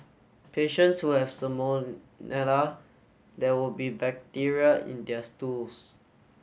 patients who have salmonella there will be bacteria in their stools